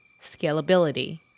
scalability